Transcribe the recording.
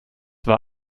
war